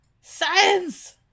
science